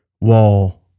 wall